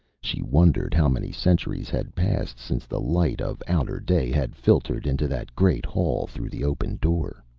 she wondered how many centuries had passed since the light of outer day had filtered into that great hall through the open door.